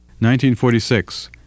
1946